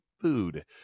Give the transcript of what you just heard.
food